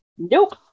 Nope